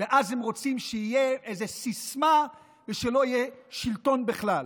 ואז הם רוצים שתהיה איזה סיסמה ושלא יהיה שלטון בכלל.